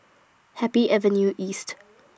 Happy Avenue East